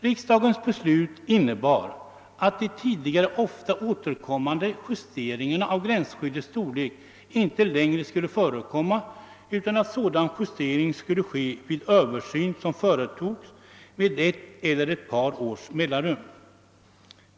Riksdagens beslut innebar att de tidigare ofta återkommande justeringarna av gränsskyddets storlek inte längre skulle förekomma, utan att sådan justering skulle göras vid översyn som företogs med ett eller ett par års mellanrum.